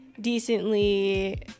decently